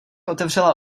otevřela